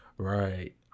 right